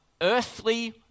earthly